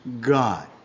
God